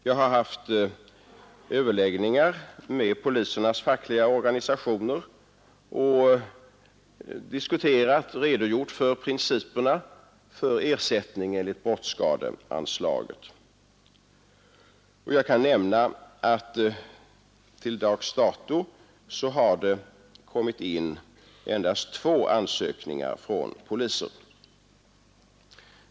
Jag har haft överläggningar med polisernas fackliga organisationer och redogjort för principerna för ersättning enligt brottsskadeanslaget. Jag kan nämna att det till dags dato har kommit in endast två ansökningar från poliser.